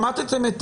שמטתם את